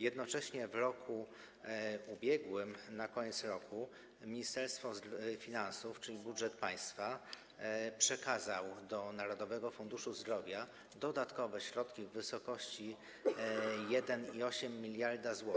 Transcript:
Jednocześnie w roku ubiegłym, na koniec roku Ministerstwo Finansów, czyli budżet państwa, przekazało do Narodowego Funduszu Zdrowia dodatkowe środki w wysokości 1,8 mld zł